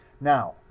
Now